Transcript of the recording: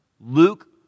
Luke